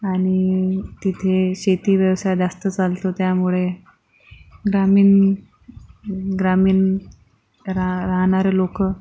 आणि तिथे शेती व्यवसाय जास्त चालतो त्यामुळे ग्रामीण ग्रामीण राहराहणारे लोक